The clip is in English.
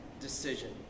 decision